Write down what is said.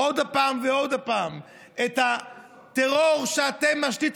עוד פעם ועוד פעם את הטרור שאתם משיתים